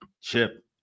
Chip